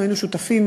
היינו שותפים,